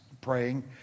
praying